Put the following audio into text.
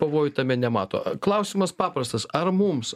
pavojų tame nemato klausimas paprastas ar mums